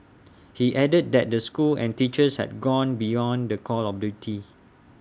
he added that the school and teachers had gone beyond the call of duty